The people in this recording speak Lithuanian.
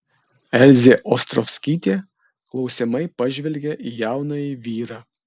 elzė ostrovskytė klausiamai pažvelgė į jaunąjį vyrą